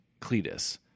Cletus